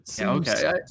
Okay